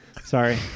Sorry